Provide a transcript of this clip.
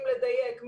אם לדייק,